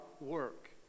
work